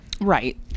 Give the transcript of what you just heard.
Right